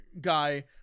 guy